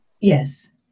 Yes